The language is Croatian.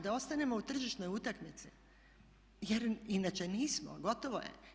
Da ostanemo u tržišnoj utakmici jer inače nismo, gotovo je.